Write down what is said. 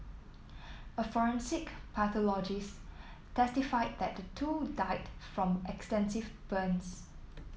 a forensic pathologist testified that the two died from extensive burns